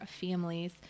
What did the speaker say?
families